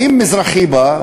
ואם מזרחי בא,